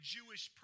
Jewish